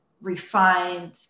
refined